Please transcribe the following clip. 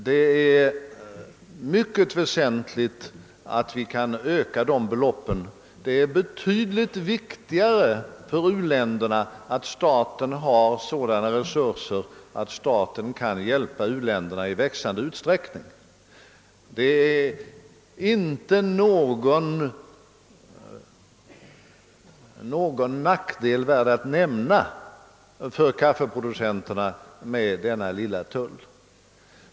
Det är därför viktigare för u-länderna att staten har sådana resurser att den kan hjälpa u-länderna i växande utsträckning. För kaffeproducenterna innebär vår lilla kaffetull inte någon nackdel värd att nämna.